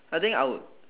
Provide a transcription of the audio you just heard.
I think I would